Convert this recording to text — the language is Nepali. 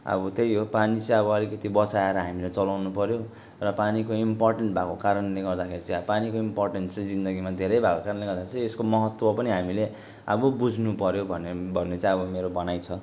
अब त्यही हो पानी चाहिँ अब अलिकति बँचाएर हामीलाई चलाउनु पर्यो र पानीको इम्पोर्टेन्ट भएको कारणले गर्दाखेरि चाहिँ अब पानीको इम्पोर्टेन्स चाहिँ जिन्दगीमा धेरै भएको कारणले गर्दै चाहिँ यसको महत्त्व पनि हामीले अब बुझ्नुपर्यो भने भन्ने चाहिँ अब मेरो भनाइ छ